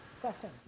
Question